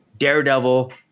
daredevil